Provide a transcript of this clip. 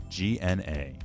gna